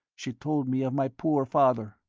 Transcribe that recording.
she told me of my poor father.